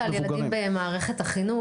דיברת על ילדים במערכת החינוך.